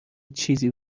چیزی